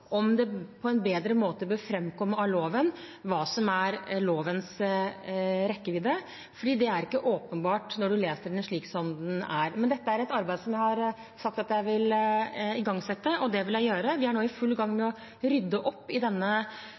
om det på en bedre måte bør framkomme av loven hva som er lovens rekkevidde, for det er ikke åpenbart når man leser den slik som den er. Dette er et arbeid som jeg har sagt at jeg vil igangsette, og det vil jeg gjøre. Vi er nå i full gang med å rydde opp i denne